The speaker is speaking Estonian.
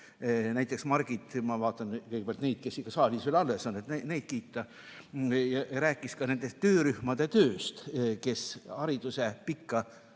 näiteks Margit? Ma vaatan kõigepealt neid, kes saalis veel alles on, et neid kiita. Ta rääkis nende töörühmade tööst, kes hariduse pikka